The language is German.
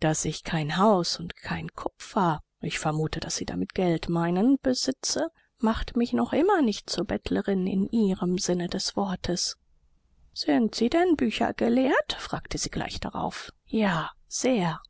daß ich kein haus und kein kupfer ich vermute daß sie damit geld meinen besitze macht mich noch immer nicht zur bettlerin in ihrem sinne des wortes sind sie denn büchergelehrt fragte sie gleich darauf ja sehr